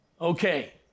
Okay